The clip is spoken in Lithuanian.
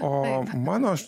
o mano